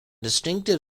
distinctive